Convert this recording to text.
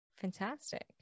fantastic